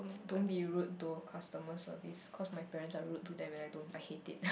don't be rude to customer service cause my parents are rude to them and I don't I hate you